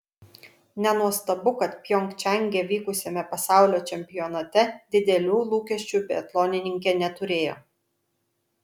nenuostabu kad pjongčange vykusiame pasaulio čempionate didelių lūkesčių biatlonininkė neturėjo